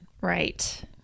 Right